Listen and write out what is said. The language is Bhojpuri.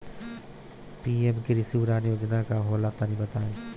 पी.एम कृषि उड़ान योजना का होला तनि बताई?